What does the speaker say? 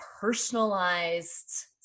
personalized